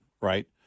right